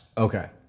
Okay